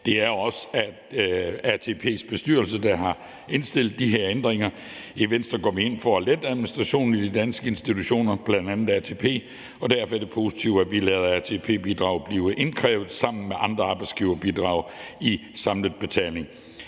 Det er også ATP's bestyrelse, der har indstillet de her ændringer. I Venstre går vi ind for at lette administrationen i de danske institutioner, bl.a. ATP, og derfor er det positivt, at vi lader ATP-bidraget blive indkrævet sammen med andre arbejdsgiverbidrag i en samlet betaling.